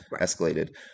escalated